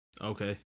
Okay